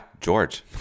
George